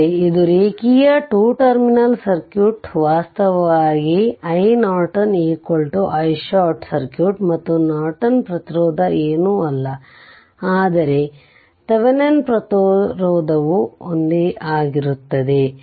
ಅಂದರೆ ಇದು ರೇಖೀಯ 2 ಟರ್ಮಿನಲ್ ಸರ್ಕ್ಯೂಟ್ ವಾಸ್ತವವಾಗಿ iNorton i short circuit ಮತ್ತು ನಾರ್ಟನ್ ಪ್ರತಿರೋಧ ಏನೂ ಅಲ್ಲ ಆದರೆ ಥೆವೆನಿನ್ ಪ್ರತಿರೋಧವುಒಂದೇ ಆಗಿರುತ್ತದೆ